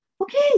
Okay